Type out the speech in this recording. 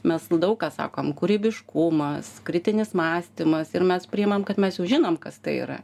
mes daug ką sakom kūrybiškumas kritinis mąstymas ir mes priimam kad mes jau žinom kas tai yra